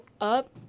up